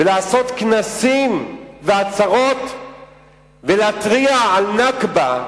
ולעשות כנסים ועצרות ולהתריע על "נכבה"